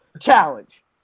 Challenge